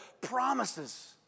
promises